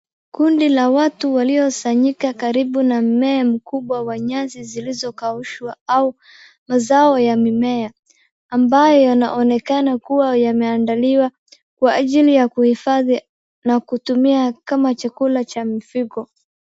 Kundi la watu waliosanyika karibu na mmea mkubwa wa nyasi zilizokaushwa au mazao ya mimea, ambayo yanaonekana kuwa yameandaliwa kwa ajili ya kuhifadhi na kutumia kama chakula cha mifugo.